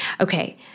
Okay